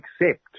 accept